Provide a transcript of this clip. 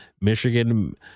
Michigan